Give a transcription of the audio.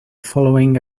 following